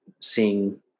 seeing